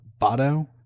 Bado